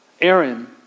Aaron